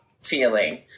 feeling